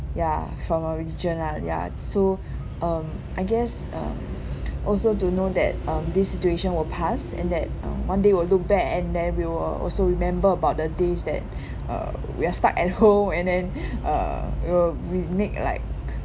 ya from our religion lah ya so um I guess uh also to know that um this situation will pass and that um one day we'll look back and then we will also remember about the days that uh we are stuck at home and then uh uh we make like